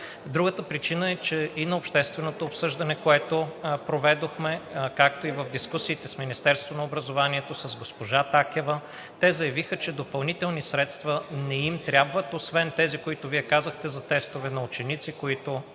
Другата причина е, че и на общественото обсъждане, което проведохме, както в дискусиите с Министерството на образованието и с госпожа Такева, те заявиха, че допълнителни средства не им трябват, освен тези, които Вие казахте – за тестове на учениците, които